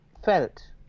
felt